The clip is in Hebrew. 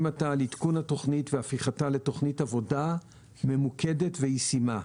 עתה על עדכון התוכנית והפיכתה לתוכנית עבודה ממוקדת וישימה.